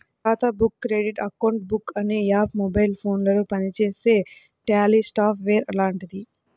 ఖాతా book credit account book అనే app mobile ఫోనులో పనిచేసే ట్యాలీ సాఫ్ట్ వేర్ లాంటిది